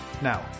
Now